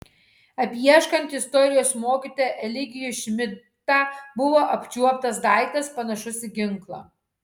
apieškant istorijos mokytoją eligijų šmidtą buvo apčiuoptas daiktas panašus į ginklą